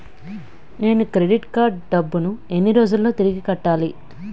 నేను credit card డబ్బును ఎన్ని రోజుల్లో తిరిగి కట్టాలి?